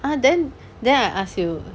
ah then then I ask you